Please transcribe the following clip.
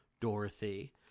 Dorothy